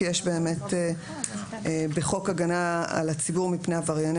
כי בחוק הגנה על הציבור מפני עברייני